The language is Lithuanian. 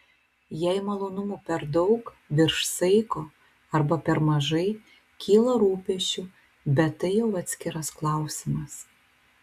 jei malonumų per daug virš saiko arba per mažai kyla rūpesčių bet tai jau atskiras klausimas